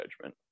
judgment